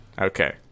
Okay